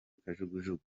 kajugujugu